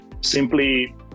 simply